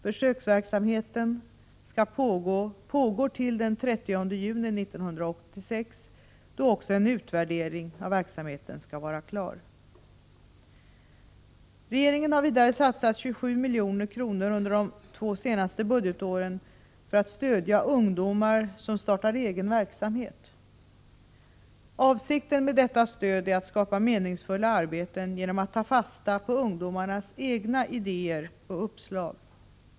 Försöksverksamheten pågår till den 30 juni 1986, då också en utvärdering av verksamheten skall vara klar. Regeringen har vidare satsat 27 milj.kr. under de två senaste budgetåren för att stödja ungdomar som startar egen verksamhet. Avsikten med detta stöd är att regeringen vill skapa meningsfulla arbeten genom att man tar fasta på ungdomarnas egna idéer och uppslag.